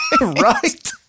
Right